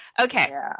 Okay